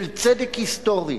של צדק היסטורי,